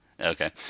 okay